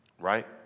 right